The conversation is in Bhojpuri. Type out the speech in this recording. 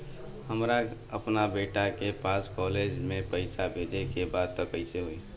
हमरा अपना बेटा के पास कॉलेज में पइसा बेजे के बा त कइसे होई?